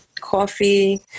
coffee